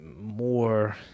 more